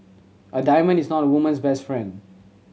a diamond is not a woman's best friend